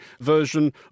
version